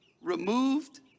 removed